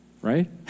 Right